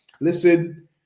listen